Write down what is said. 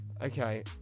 Okay